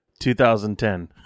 2010